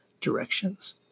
directions